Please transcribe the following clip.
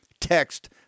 Text